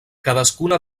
cadascuna